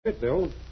Bill